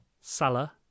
Salah